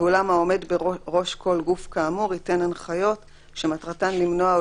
ואולם העומד בראש כל גוף כאמור ייתן הנחיות שמטרתן למנוע או